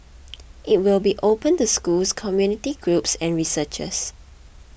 it will be open to schools community groups and researchers